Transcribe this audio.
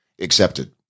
accepted